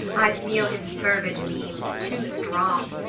i feel his fervid beams too strong,